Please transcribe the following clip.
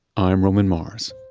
i'm roman mars